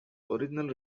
original